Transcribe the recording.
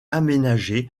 aménagé